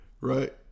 right